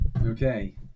Okay